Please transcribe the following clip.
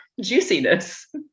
juiciness